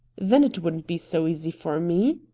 then it wouldn't be so easy for me.